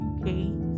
okay